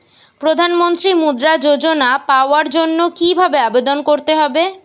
প্রধান মন্ত্রী মুদ্রা যোজনা পাওয়ার জন্য কিভাবে আবেদন করতে হবে?